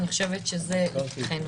אני חושבת שזה לפתחנו.